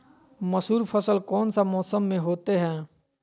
मसूर फसल कौन सा मौसम में होते हैं?